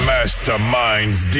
Masterminds